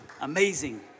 amazing